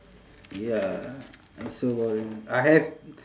ya it's so boring I have